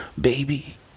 baby